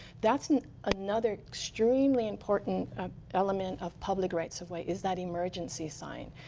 that's another extremely important element of public rights of way is that emergency sign.